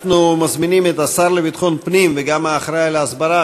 אנחנו מזמינים את השר לביטחון פנים וגם האחראי להסברה,